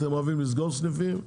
אתם אוהבים לסגור סניפים,